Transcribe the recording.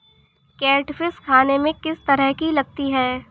Catfish खाने में किस तरह की लगती है?